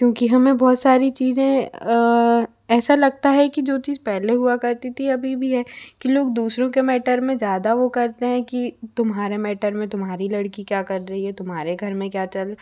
क्योंकि हमें बहुत सारी चीज़ें ऐसा लगता है कि जो चीज़ पहले हुआ करती थी अभी भी है कि लोग दूसरों के मैटर में ज़्यादा वो करते हैं कि तुम्हारे मैटर में तुम्हारी लड़की क्या कर रही है तुम्हारे घर में क्या चल